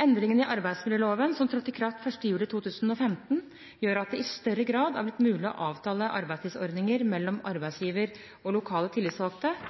Endringene i arbeidsmiljøloven som trådte i kraft 1. juli 2015, gjør at det i større grad er blitt mulig å avtale arbeidstidsordninger mellom arbeidsgiver og lokale tillitsvalgte.